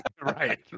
Right